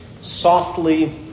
softly